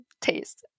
taste